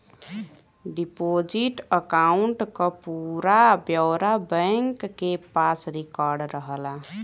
deposit account क पूरा ब्यौरा बैंक के पास रिकार्ड रहला